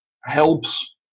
helps